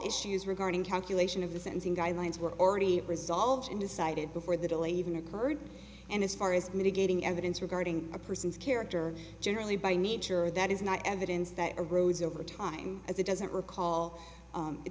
issues regarding calculation of the sentencing guidelines were already resolved and decided before the delay even occurred and as far as mitigating evidence regarding a person's character generally by nature that is not evidence that erodes over time as it doesn't recall